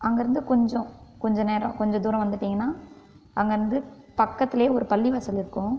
அங்கேருந்து கொஞ்சம் கொஞ்ச நேரம் கொஞ்ச தூரம் வந்துட்டீங்கன்னா அங்கே இருந்து பக்கத்துலேயே ஒரு பள்ளிவாசல் இருக்கும்